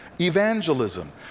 Evangelism